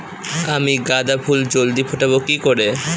আমি গাঁদা ফুল জলদি ফোটাবো কি করে?